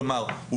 כלומר,